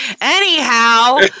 anyhow